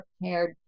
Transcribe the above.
prepared